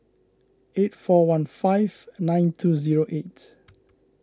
eight four one five nine two zero eight